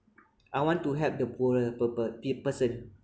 I want to help the poorer purple pe~ person